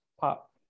pop